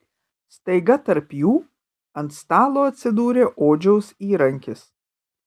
staiga tarp jų ant stalo atsidūrė odžiaus įrankis